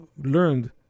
learned